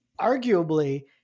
arguably